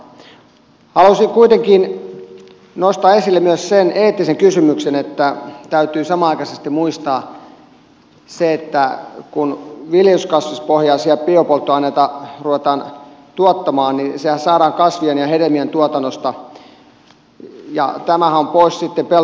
haluaisin kuitenkin nostaa esille myös sen eettisen kysymyksen että täytyy samanaikaisesti muistaa se että kun viljelyskasvispohjaisia biopolttoaineita ruvetaan tuottamaan niin sehän saadaan kasvien ja hedelmien tuotannosta ja tämähän on pois sitten pelto tai metsämaalta